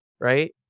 Right